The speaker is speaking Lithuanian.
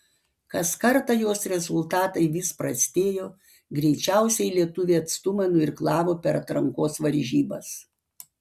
kas kartą jos rezultatai vis prastėjo greičiausiai lietuvė atstumą nuirklavo per atrankos varžybas